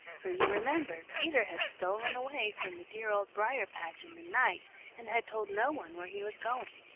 for you remember peter had stolen away from the dear old briar-patch in the night and had told no one where he was going.